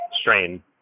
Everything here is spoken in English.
strain